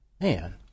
man